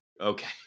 Okay